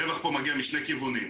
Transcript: הרווח פה מגיע משני כיוונים.